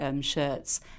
shirts